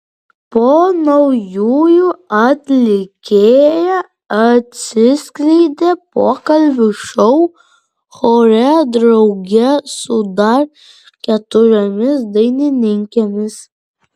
po naujųjų atlikėja atsiskleidė pokalbių šou chore drauge su dar keturiomis dainininkėmis